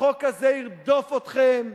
החוק הזה ירדוף אתכם.